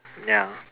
ya